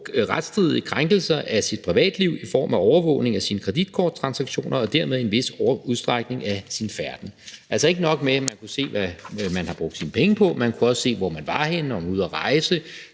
Altså ikke nok med, at Se og Hør kunne se, hvad man har brugt sine penge på, og de kunne også se, hvor man var henne, om man var ude at rejse,